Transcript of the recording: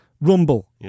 Rumble